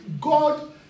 God